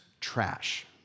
trash